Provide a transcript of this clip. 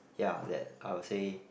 ya that I would say